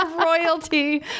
royalty